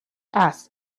ash